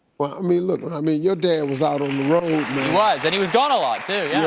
well i mean, look, i mean your dad was out on the road. and he was, and he was gone a lot too. yeah,